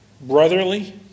brotherly